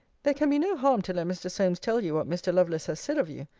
there can be no harm to let mr. solmes tell you what mr. lovelace has said of you.